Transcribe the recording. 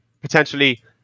potentially